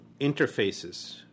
interfaces